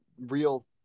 real